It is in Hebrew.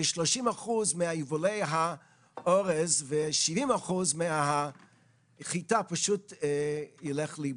ו-30 אחוזים מיבולי האורז ו-70 אחוזים מיבולי החיטה פשוט ילכו לאיבוד.